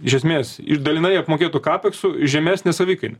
iš esmės iš dalinai apmokėtų kapeksu žemesne savikaina